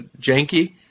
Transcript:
janky